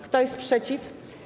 Kto jest przeciw?